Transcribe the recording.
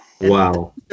Wow